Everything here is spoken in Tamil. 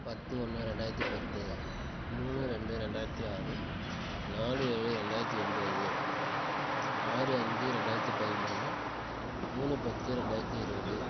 பத்து ஒன்று ரெண்டாயிரத்தி பத்து மூணு ரெண்டு ரெண்டாயிரத்தி ஆறு நாலு ஏழு ரெண்டாயிரத்தி ஒம்பது ஆறு அஞ்சு ரெண்டாயிரத்தி பதிமூணு மூணு பத்து ரெண்டாயிரத்தி இருபது